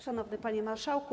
Szanowny Panie Marszałku!